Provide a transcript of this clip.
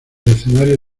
escenarios